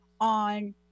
on